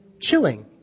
chilling